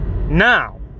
Now